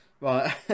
Right